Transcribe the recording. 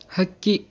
ಹಕ್ಕಿ